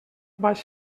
vaig